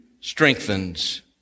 strengthens